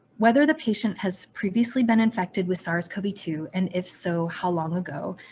whether the patient has previously been infected with sars cov two and if so, how long ago?